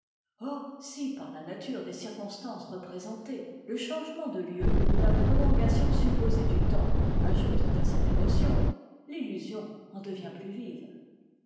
or si par ta nature des circonstances représentées le changement de lieu et la prolongation supposée du temps ajoutent à cette émotion l'illusion en devient plus vive